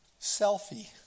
selfie